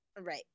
Right